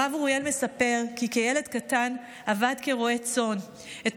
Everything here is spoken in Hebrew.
הרב אוריאל מספר כי כילד קטן עבד כרועה צאן: "את